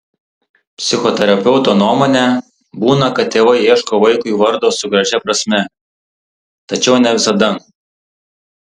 psichoterapeuto nuomone būna kad tėvai ieško vaikui vardo su gražia prasme tačiau ne visada